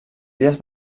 illes